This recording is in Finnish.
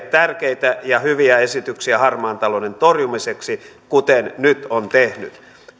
tärkeitä ja hyviä esityksiä harmaan talouden torjumiseksi kuten nyt on tehnyt